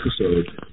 episode